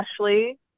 Ashley